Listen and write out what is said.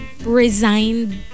resigned